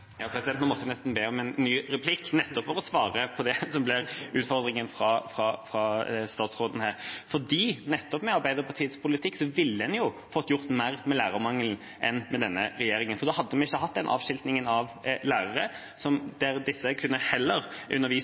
Nå måtte jeg nesten be om en ny replikk for å svare på utfordringen fra statsråden. Med Arbeiderpartiets politikk ville en jo fått gjort mer med lærermangelen enn med denne regjeringens politikk, for da hadde vi ikke hatt den avskiltingen av lærere.